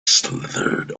slithered